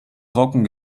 trocken